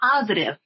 positive